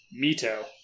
Mito